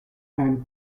and